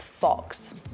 Fox